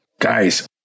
guys